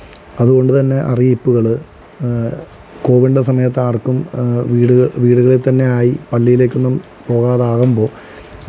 അതുകൊണ്ടുതന്നെ അറിയിപ്പുകള് കോവിഡിന്റെ സമയത്താര്ക്കും വീടുക വീടുകളില് തന്നെ ആയി പള്ളിയിലേക്കൊന്നും പോകാതാകുമ്പോൾ